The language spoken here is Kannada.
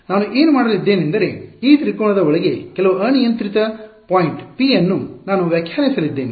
ನಾನು ಏನು ಮಾಡಲಿದ್ದೇನೆಂದರೆ ಈ ತ್ರಿಕೋನದ ಒಳಗೆ ಕೆಲವು ಅನಿಯಂತ್ರಿತ ಪಾಯಿಂಟ್ ಪಿ ಅನ್ನು ನಾನು ವ್ಯಾಖ್ಯಾನಿಸಲಿದ್ದೇನೆ